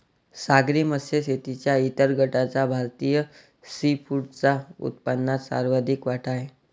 सागरी मत्स्य शेतीच्या इतर गटाचा भारतीय सीफूडच्या उत्पन्नात सर्वाधिक वाटा आहे